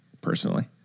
personally